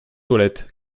toilettes